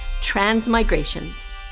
Transmigrations